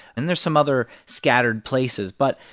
and there's some other scattered places but,